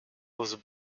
was